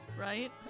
Right